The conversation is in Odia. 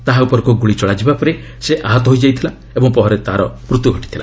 ତାହା ଉପରକୁ ଗୁଳି ଚଳାଯିବା ପରେ ସେ ଆହତ ହୋଇଥିଲା ଓ ପରେ ତାହାର ମୃତ୍ୟୁ ଘଟିଥିଲା